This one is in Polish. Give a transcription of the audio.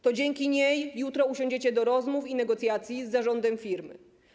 To dzięki niej jutro usiądziecie do rozmów i negocjacji z zarządem firmy.